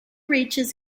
reaches